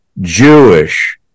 Jewish